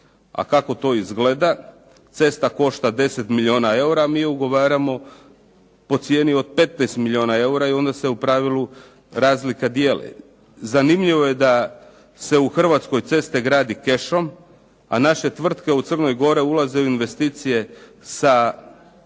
A kako to izgleda? Cesta košta 10 milijuna eura, a mi je ugovaramo po cijeni od 15 milijuna eura i onda se u pravilu razlika dijeli. Zanimljivo je da se u Hrvatskoj cesta gradi cashom, a naše tvrtke u Crnoj Gori ulaze u investicije sa ili